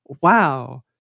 wow